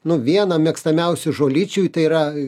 nu viena mėgstamiausių žolyčių tai yra